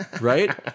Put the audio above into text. Right